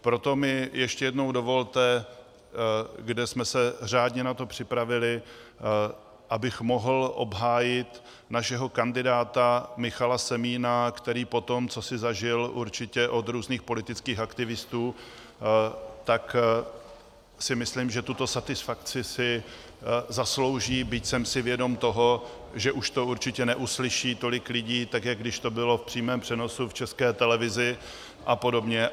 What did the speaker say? Proto mi ještě jednou dovolte, kde jsme se řádně na to připravili, abych mohl obhájit našeho kandidáta Michala Semína, který si, myslím, po tom, co si zažil určitě od různých politických aktivistů, tuto satisfakci zaslouží, byť jsem si vědom toho, že už to určitě neuslyší tolik lidí, jako když to bylo v přímém přenosu v České televizi a podobně.